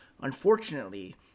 unfortunately